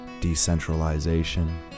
decentralization